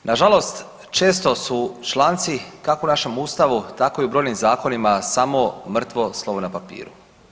Nažalost često su članci kako u našem Ustavu tako i u brojnim zakonima samo mrtvo slovo na papiru.